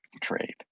trade